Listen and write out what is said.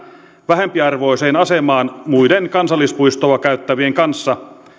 vähempiarvoiseen asemaan muiden kansallispuistoa käyttävien kanssa